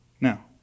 Now